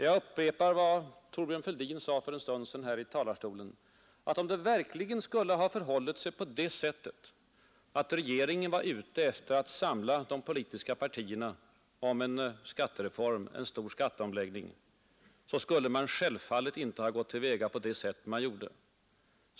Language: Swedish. Jag upprepar vad Thorbjörn Fälldin sade för en stund sedan här i talarstolen, att om det verkligen skulle ha förhållit sig på det sättet att regeringen var ute för att försöka samla de politiska partierna kring en skattereform och en stor skatteomläggning, skulle regeringen självfallet inte ha gått till väga på det sätt som den gjort.